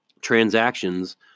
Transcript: transactions